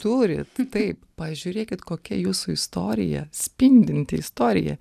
turit taip pažiūrėkit kokia jūsų istorija spindinti istorija